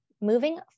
moving